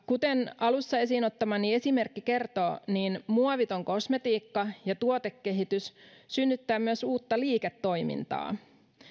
kuten alussa esiin ottamani esimerkki kertoo muoviton kosmetiikka ja tuotekehitys synnyttää myös uutta liiketoimintaa